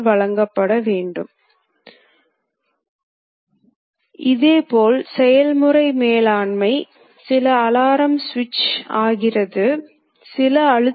இங்கே கட்டுப்படுத்தப்பட்ட வெட்டு செயல்முறை நம் செயல் முடியும் வரை முழுவதும் செல்கிறது மற்றும் இதன் மூலம் வட்டம் போன்ற சில வகையான தோற்ற வடிவங்களை அடைய முடியும்